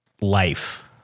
life